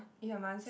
ya my answer